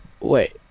wait